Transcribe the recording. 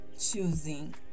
choosing